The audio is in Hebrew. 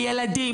הילדים,